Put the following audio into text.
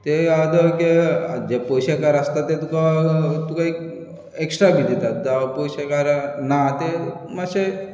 ते आदोलके जे पयशेकार आसतात ते तुका तुका एक एक्स्ट्रा बी दितात जावं पयशेकारां ना ते माशे